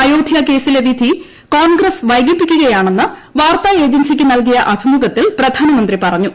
അയോദ്ധ്യ കേസിലെ വിധി കോൺഗ്രസ് വൈകിപ്പിക്കുകയാണെന്ന് വാർത്താ ഏജൻസിക്കു നല്കിയ അഭിമുഖത്തിൽ പ്രധാനമന്ത്രി പറഞ്ഞു